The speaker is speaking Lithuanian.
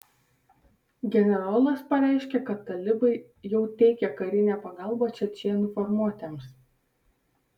generolas pareiškė kad talibai jau teikia karinę pagalbą čečėnų formuotėms